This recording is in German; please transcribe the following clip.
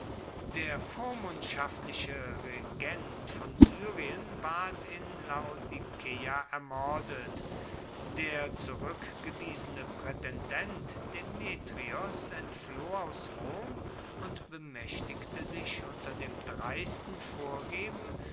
der vormundschaftliche regent von syrien ward in laodikeia ermordet der zurückgewiesene prätendent demetrios entfloh aus rom und bemächtigte sich unter dem dreisten vorgeben